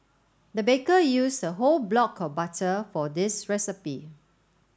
the baker used a whole block of butter for this recipe